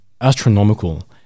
astronomical